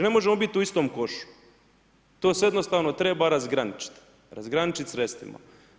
Ne možemo biti u istom košu, to se jednostavno treba razgraničit, razgraničit sredstvima.